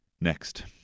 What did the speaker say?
Next